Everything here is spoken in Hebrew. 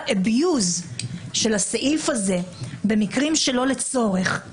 אביוז של הסעיף הזה במקרים שלא לצורך,